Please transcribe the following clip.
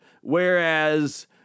Whereas